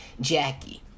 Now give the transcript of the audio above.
Jackie